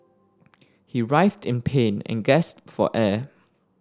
he writhed in pain and gasped for air